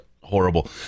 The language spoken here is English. horrible